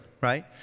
right